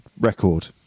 record